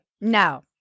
No